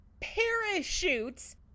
parachutes